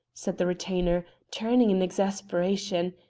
said the retainer, turning in exasperation,